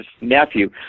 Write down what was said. nephew